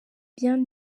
bien